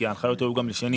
כי ההנחיות היו גם ביום שני,